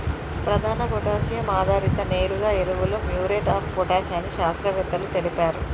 ప్రధాన పొటాషియం ఆధారిత నేరుగా ఎరువులు మ్యూరేట్ ఆఫ్ పొటాష్ అని శాస్త్రవేత్తలు తెలిపారు